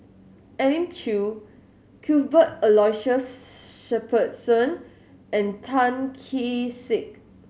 Elim Chew Cuthbert Aloysius Shepherdson and Tan Kee Sek